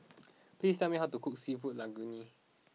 please tell me how to cook Seafood Linguine